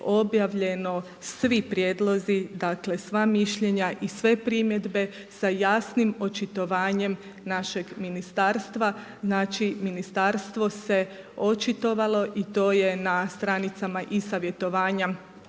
objavljeno svi prijedlozi, dakle, sva mišljenja i sve primjedbe sa jasnim očitovanje našeg ministarstva. Znači ministarstvo se očitovalo i to je na str. i-savjetovanja